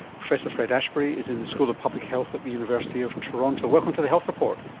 professor fred ashbury is in the school of public health at the university of toronto. welcome to the health report.